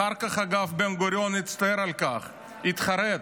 אחר כך, אגב, בן-גוריון הצטער על כך, התחרט,